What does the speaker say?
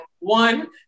one